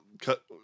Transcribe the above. cut